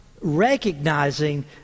recognizing